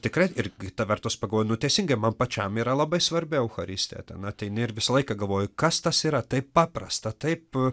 tikrai ir kita vertus pagalvoju nu teisingai man pačiam yra labai svarbi eucharistija ten ateini ir visą laiką galvoju kas tas yra taip paprasta taip